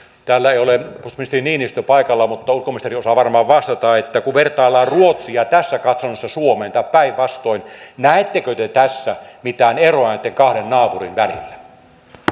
täällä ei ole puolustusministeri niinistö paikalla mutta ulkoministeri osaa varmaan vastata kun vertaillaan ruotsia tässä katsannossa suomeen tai päinvastoin näettekö te tässä mitään eroa näitten kahden naapurin välillä